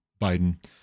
Biden